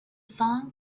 song